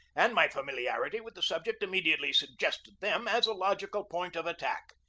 and my familiarity with the sub ject immediately suggested them as a logical point of attack.